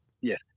Yes